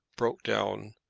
broke down,